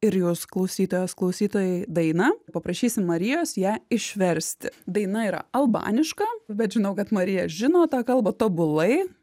ir jūs klausytojos klausytojai dainą paprašysim marijos ją išversti daina yra albaniška bet žinau kad marija žino tą kalbą tobulai